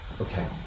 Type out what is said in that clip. Okay